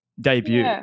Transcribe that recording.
debut